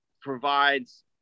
provides